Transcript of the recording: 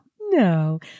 No